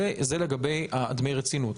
זה לגבי דמי הרצינות,